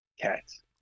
cats